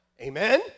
Amen